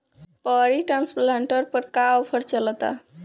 Paddy transplanter पर का offer चलता?